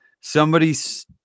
somebody's